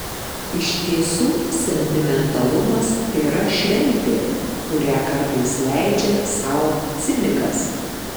iš tiesų sentimentalumas tėra šventė kurią kartais leidžia sau cinikas